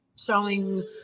showing